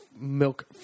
milk